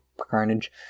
Carnage